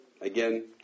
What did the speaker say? Again